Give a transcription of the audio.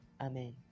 Amen